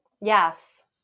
Yes